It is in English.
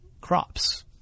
crops